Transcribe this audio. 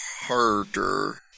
harder